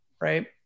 right